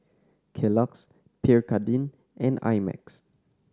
Kellogg's Pierre Cardin and I Max